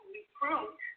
recruit